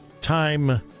time